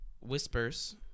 whispers